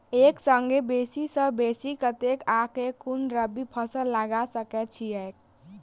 एक संगे बेसी सऽ बेसी कतेक आ केँ कुन रबी फसल लगा सकै छियैक?